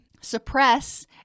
suppress